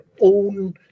own